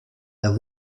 der